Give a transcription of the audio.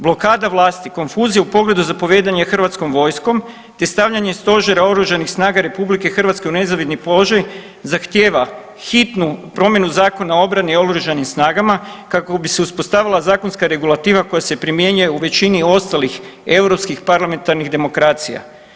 Blokada vlasti konfuzija u pogledu zapovijedanja Hrvatskom vojskom te stavljanje Stožera oružanih snaga RH u nezavidni položaj zahtjeva hitnu promjenu Zakona o obrani i oružanim snagama kako bi se uspostavila zakonska regulativa koja se primjenjuje u većini ostalih europskih parlamentarnih demokracija.